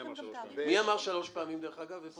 מי אמר שלוש פעמים, דרך אגב?